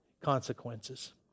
consequences